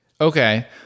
okay